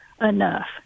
enough